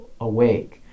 awake